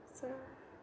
so